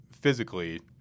physically